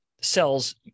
cells